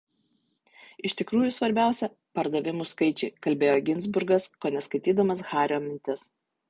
iš tikrųjų svarbiausia pardavimų skaičiai kalbėjo ginzburgas kone skaitydamas hario mintis